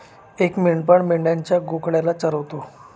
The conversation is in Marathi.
एक मेंढपाळ मेंढ्यांच्या घोळक्याला चरवतो